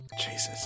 jesus